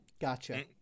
Gotcha